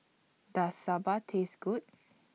Does Sambar Taste Good